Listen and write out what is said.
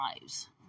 lives